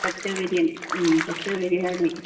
പത്ത് ബിരിയാണി പത്ത് ബിരിയാണി